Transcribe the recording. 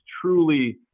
truly